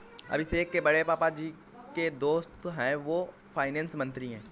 अभिषेक के बड़े पापा जी के जो दोस्त है वो फाइनेंस मंत्री है